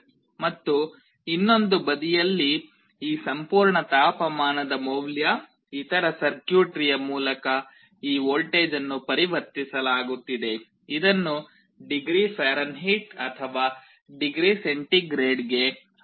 ಮತ್ತು ಇನ್ನೊಂದು ಬದಿಯಲ್ಲಿ ಈ ಸಂಪೂರ್ಣ ತಾಪಮಾನದ ಮೌಲ್ಯ ಇತರ ಸರ್ಕ್ಯೂಟ್ರಿಯ ಮೂಲಕ ಈ ವೋಲ್ಟೇಜ್ ಅನ್ನು ಪರಿವರ್ತಿಸಲಾಗುತ್ತಿದೆ ಇದನ್ನು ಡಿಗ್ರಿ ಫ್ಯಾರನ್ಹೀಟ್ ಅಥವಾ ಡಿಗ್ರಿ ಸೆಂಟಿಗ್ರೇಡ್ಗೆ ಅನುಪಾತದಲ್ಲಿ ಮಾಡಬಹುದು